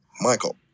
Michael